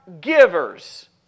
givers